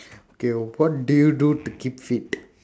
okay what do you do to keep fit